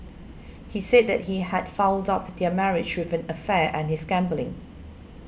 he said that he had fouled up their marriage with an affair and his gambling